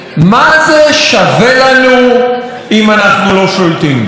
מה זה שווה לנו אם אנחנו לא שולטים בו.